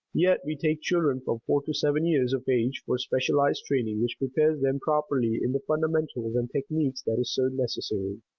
yet we take children from four to seven years of age for specialized training which prepares them properly in the fundamentals and technique that is so necessary.